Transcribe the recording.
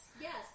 Yes